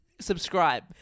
Subscribe